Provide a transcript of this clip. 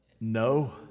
No